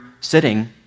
sitting